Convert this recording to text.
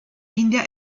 india